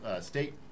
State